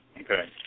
Okay